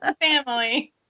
family